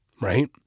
right